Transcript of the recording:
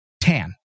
tan